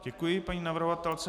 Děkuji paní navrhovatelce.